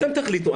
אתם תחליטו.